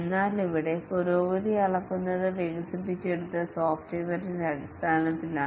എന്നാൽ ഇവിടെ പുരോഗതി അളക്കുന്നത് വികസിപ്പിച്ചെടുത്ത സോഫ്റ്റ്വെയറിന്റെ അടിസ്ഥാനത്തിലാണ്